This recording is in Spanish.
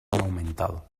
aumentado